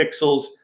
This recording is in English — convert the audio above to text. Pixels